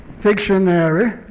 dictionary